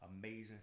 amazing